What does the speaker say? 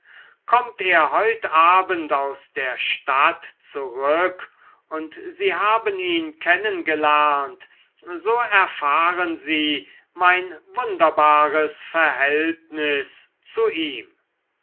kommt er heut abend aus der stadt zurück und sie haben ihn kennen gelernt so erfahren sie mein wunderbares verhältnis zu ihm